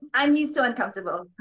i'm used to uncomfortable.